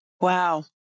Wow